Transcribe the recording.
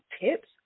tips